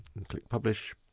click publish.